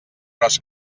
gros